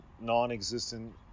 non-existent